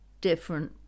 different